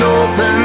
open